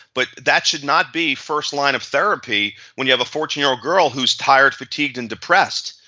but that should not be first line of therapy when you have fourteen year old girl who is tired, fatigued, and depressed.